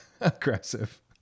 aggressive